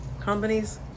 companies